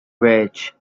ridge